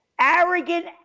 Arrogant